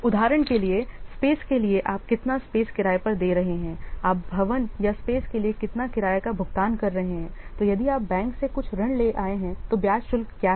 उदाहरण के लिए स्पेस के लिए आप कितना स्पेस किराये पर दे रहे हैं आप भवन या स्पेस के लिए कितना किराए का भुगतान कर रहे हैं तो यदि आप बैंक से कुछ ऋण ले आए हैं तो ब्याज शुल्क क्या है